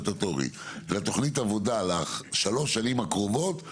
הסטטוטורית אלא תכנית עבודה לשלוש השנים הקרובות,